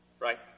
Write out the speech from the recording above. right